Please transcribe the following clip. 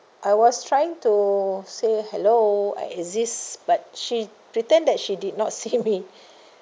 I was trying to say hello I exist but she pretend that she did not see me